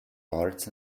lords